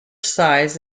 size